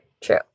True